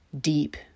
deep